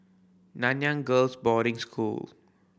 Nanyang Girls' Boarding School